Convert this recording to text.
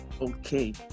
Okay